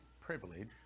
privilege